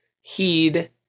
Heed